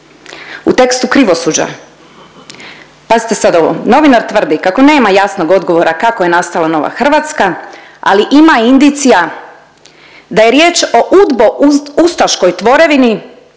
U tekstu krivosuđa, pazite sad ovo, novinar tvrdi kako nema jasnog odgovora kako je nastala nova Hrvatska ali ima indicija da je riječ o udbo ustaškoj tvorevini